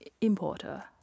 importer